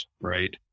right